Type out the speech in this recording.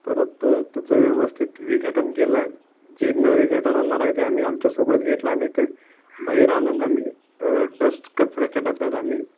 परत त्याचं व्यवस्थित विघटन केलं जे न विघटन होणार आहे ते आम्ही आमच्यासोबत घेतला आणि ते बाहेर आणून आम्ही डस्ट कचऱ्याच्या डब्यात आम्ही